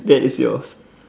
that is yours